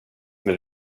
med